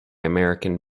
american